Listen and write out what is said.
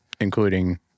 Including